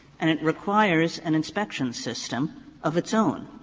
and it requires an inspection system of its own.